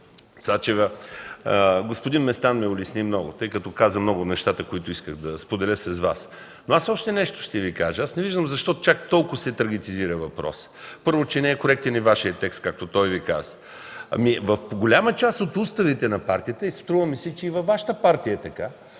Цачева, господин Местан ме улесни, тъй като каза много от нещата, които исках да споделя с Вас. Но аз още нещо ще Ви кажа. Не виждам защо чак толкова се „трагетизира” въпросът. Първо – че не е коректен и Вашият текст, както той Ви каза. В голяма част от уставите на партиите – струва ми се, че и във Вашата партия е така,